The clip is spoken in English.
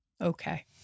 okay